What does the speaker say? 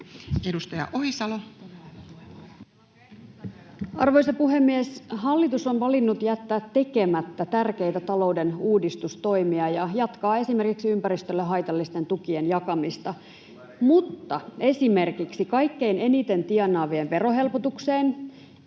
Edustaja Ohisalo. Arvoisa puhemies! Hallitus on valinnut jättää tekemättä tärkeitä talouden uudistustoimia ja jatkaa esimerkiksi ympäristölle haitallisten tukien jakamista, mutta esimerkiksi kaikkein eniten tienaavien verohelpotukseen,